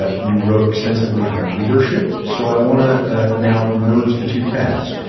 ah you wrote extensively on leadership. so i want to ah now merge the two paths.